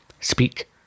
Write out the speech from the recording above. Speak